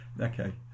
Okay